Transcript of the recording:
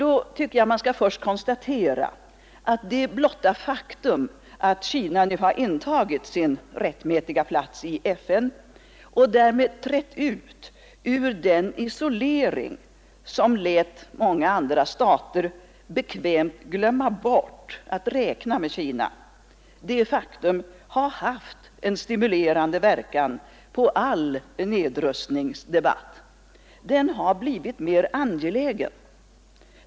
Då tycker jag att man först skall konstatera att det blotta faktum att Kina nu har intagit sin rättmätiga plats i FN och därmed trätt ut ur den isolering, som lät många andra stater bekvämt glömma bort att räkna med Kina, haft en stimulerande verkan på all nedrustningsdebatt. Den har blivit mer angelägen.